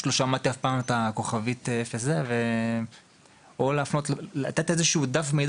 אף פעם לא שמעתי על הכוכבית 0120. לתת איזשהו דף מידע